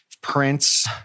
Prince